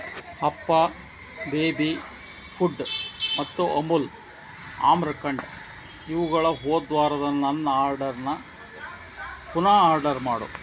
ಹಪ್ಪ baby food ಮತ್ತು ಅಮುಲ್ ಆಮ್ರಖಂಡ್ ಇವುಗಳ ಹೋದ್ವಾರದ ನನ್ನ ಆರ್ಡರನ್ನ ಪುನಃ ಆರ್ಡರ್ ಮಾಡು